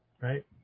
right